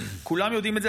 כולם יודעים את זה,